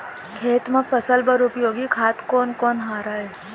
खेत म फसल बर उपयोगी खाद कोन कोन हरय?